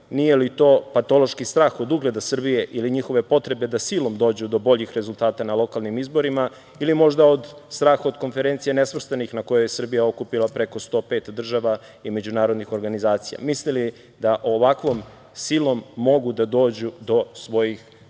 nije li to patološki strah od ugleda Srbije ili njihove potrebe da silom dođu do boljih rezultata na lokalnim izborima ili možda od strah od Konferencije nesvrstanih na kojoj je Srbija okupila preko 105 država i međunarodnih organizacija? Misle li da ovakvom silom mogu da dođu do svojih ciljeva? Ovo